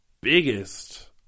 biggest